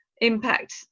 impact